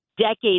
decades